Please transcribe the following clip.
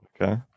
Okay